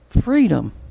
Freedom